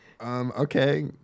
Okay